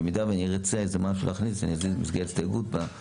במידה שנרצה איזה משהו להכניס במסגרת הסתייגות.